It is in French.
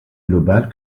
global